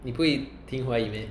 你不会听华语 meh